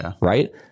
Right